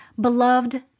Beloved